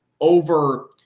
over